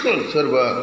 सोरबा